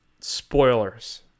Spoilers